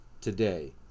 today